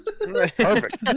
Perfect